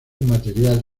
material